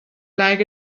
like